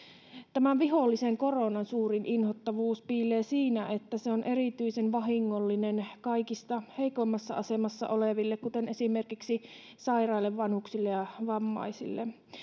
tämän vihollisen koronan suurin inhottavuus piilee siinä että se on erityisen vahingollinen kaikista heikoimmassa asemassa oleville kuten esimerkiksi sairaille vanhuksille ja vammaisille